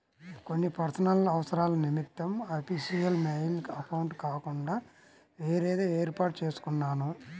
కొన్ని పర్సనల్ అవసరాల నిమిత్తం అఫీషియల్ మెయిల్ అకౌంట్ కాకుండా వేరేది వేర్పాటు చేసుకున్నాను